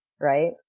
right